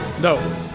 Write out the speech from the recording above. No